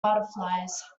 butterflies